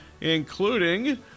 including